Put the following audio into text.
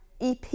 EP